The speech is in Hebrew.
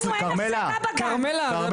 לנו אין הפסקה בגן.